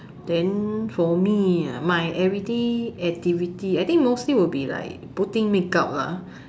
then for me my everyday activity I think mostly will be like putting makeup lah